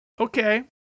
okay